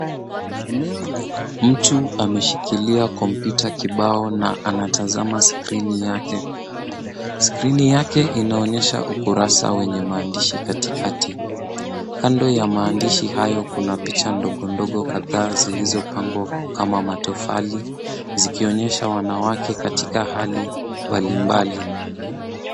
Mtu ameshikilia kompyuta kibao na anatazama skrini yake. Skrini yake inaonyesha ukurasa wenye maandishi katikati. Kando ya maandishi hayo kuna picha ndogo ndogo kadhaa zilizopangwa kama matofali, zikionyesha wanawake katika hali mbalimbali.